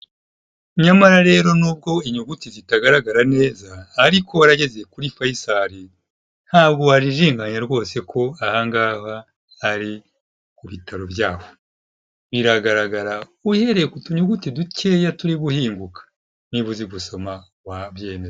Nyamara rero n'ubwo inyuguti zitagaragara neza ariko warageze kuri Faisal, ntabwo wajijimganya rwose ko aha hari ku bitaro byaho, biragaragara uhereye ku tuyuguti dukeya turi guhinguka niba uzi gusoma wabyemera.